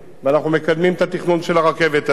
ואנחנו מקדמים את התכנון של הרכבת הזאת,